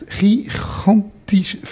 gigantisch